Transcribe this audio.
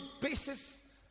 basis